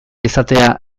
izatea